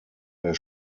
der